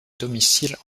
domicile